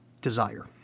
desire